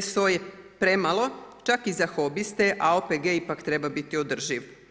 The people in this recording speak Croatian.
SO je premalo čak i za hobiste a OPG ipak treba biti održiv.